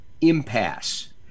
impasse